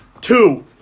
Two